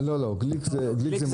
לא, גליק זה מאושר.